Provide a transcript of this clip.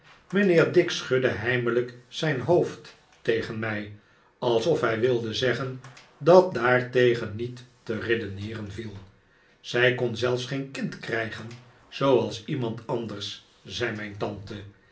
mijnheer dick schudde heimelijk zijn hoofd tegen mij alsof hij wilde zeggen dat daartegen niet te redeneeren viel zij kon zelfs geen kind krijgen zooals iemand anders zei mijn tante